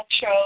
show